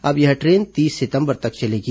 अब यह ट्रेन तीस दिसंबर तक चलेगी